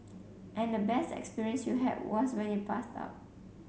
and the best experience you had was when you passed out